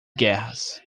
guerras